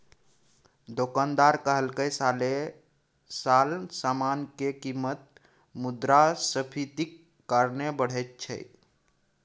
दोकानदार कहलकै साले साल समान के कीमत मुद्रास्फीतिक कारणे बढ़ैत छै